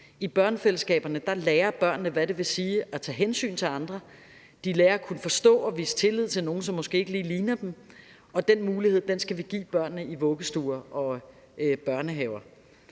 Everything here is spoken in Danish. I børnefællesskaberne lærer børnene, hvad det vil sige at tage hensyn til andre. De lærer at kunne forstå og vise tillid til nogle, som måske ikke lige ligner dem, og den mulighed skal vi give børnene i vuggestuer og børnehaver.